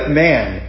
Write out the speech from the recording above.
man